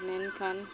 ᱢᱮᱱᱠᱷᱟᱱ